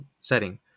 setting